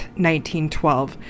1912